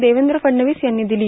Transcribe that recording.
देवेंद्र फडणवीस यांनी दिली